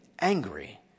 angry